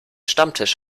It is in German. stammtisch